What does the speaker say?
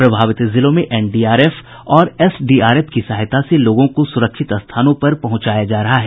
प्रभावित जिलों में एनडीआरएफ और एसडीआरएफ की सहायता से लोगों को सुरक्षित स्थानों पर पहुंचाया जा रहा है